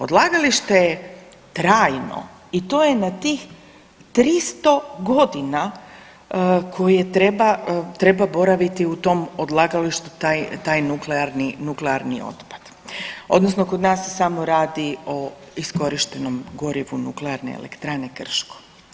Odlagalište je trajno i to je na tih 300 godina koje treba boraviti u tom odlagalištu taj nuklearni otpad, odnosno kod nas se samo radi o iskorištenom gorivu nuklearne elektrane krško.